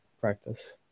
practice